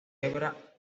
celebra